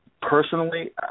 Personally